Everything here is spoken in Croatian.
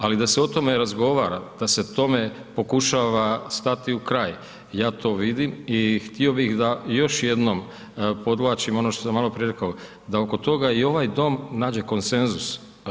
Ali, da se o tome razgovara, da se tome pokušava stati u kraj, ja to vidim i htio bih da još jednom podvlačim ono što sam maloprije rekao, da oko toga i ovaj doma nađe konsenzus.